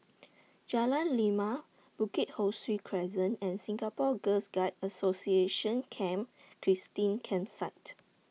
Jalan Lima Bukit Ho Swee Crescent and Singapore Girls Guides Association Camp Christine Campsite